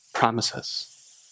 promises